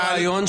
זה הרעיון,